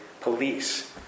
police